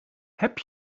heb